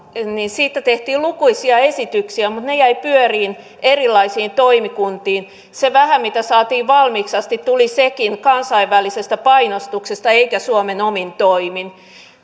siitä tehtiin lukuisia esityksiä mutta ne jäivät pyörimään erilaisiin toimikuntiin se vähä mitä saatiin valmiiksi asti tuli sekin kansainvälisestä painostuksesta eikä suomen omin toimin